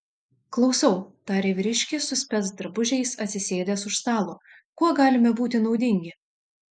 klausau tarė vyriškis su specdrabužiais atsisėdęs už stalo kuo galime būti naudingi